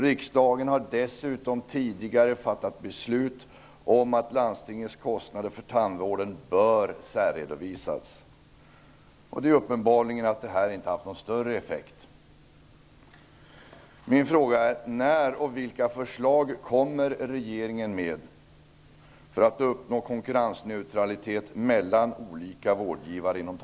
Riksdagen har dessutom tidigare fattat beslut om att landstingens kostnader för tandvården bör särredovisas. Det är uppenbart att det här inte har haft någon större effekt.